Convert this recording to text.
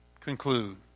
conclude